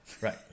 right